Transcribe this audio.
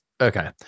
okay